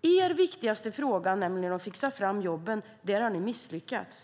När det gäller er viktigaste fråga, nämligen att fixa fram jobben, har ni misslyckats.